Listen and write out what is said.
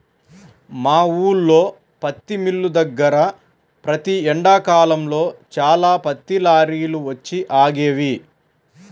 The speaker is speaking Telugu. మా ఊల్లో పత్తి మిల్లు దగ్గర ప్రతి ఎండాకాలంలో చాలా పత్తి లారీలు వచ్చి ఆగేవి